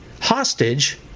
hostage